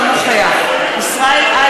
אינו נוכח ישראל אייכלר,